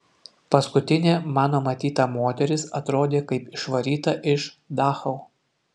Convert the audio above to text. paskutinė mano matyta moteris atrodė kaip išvaryta iš dachau